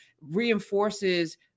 reinforces